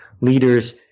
leaders